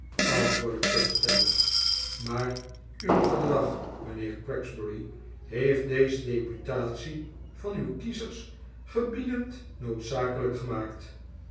antwoordde pugstyles maar uw gedrag mijnheer gregsbury heeft deze deputatie van uw kiezers gebiedend noodzakelijk gemaakt